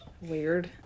Weird